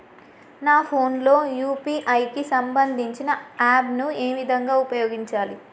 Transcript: నా ఫోన్ లో యూ.పీ.ఐ కి సంబందించిన యాప్ ను ఏ విధంగా ఉపయోగించాలి?